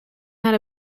had